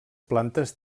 plantes